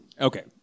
Okay